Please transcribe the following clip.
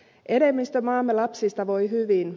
enemmistö maamme lapsista voi hyvin